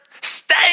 stay